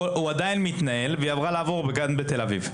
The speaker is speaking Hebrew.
ההליך עדיין מתנהל והיא עברה לעבוד בגן בתל אביב,